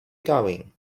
going